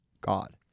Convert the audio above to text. God